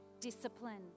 discipline